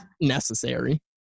necessary